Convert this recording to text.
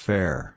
Fair